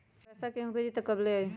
पैसा केहु भेजी त कब ले आई?